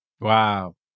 Wow